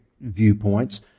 Viewpoints